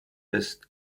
ist